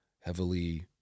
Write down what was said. heavily